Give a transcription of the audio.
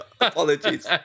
Apologies